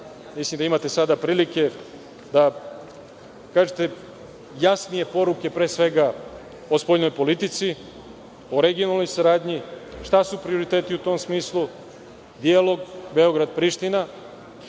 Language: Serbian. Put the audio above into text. mislim da sada imate prilike da kažete jasnije poruke, pre svega, o spoljnoj politici, o regionalnoj saradnji, šta su prioriteti u tom smislu, dijalog Beograd – Priština,